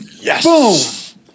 Yes